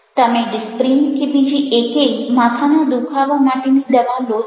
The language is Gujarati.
તમે ડિસ્પ્રીન કે બીજી એકેય માથાના દુખાવા માટેની દવા લો છો